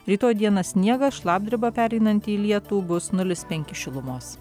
rytoj dieną sniegas šlapdriba pereinanti į lietų bus nulis penki šilumos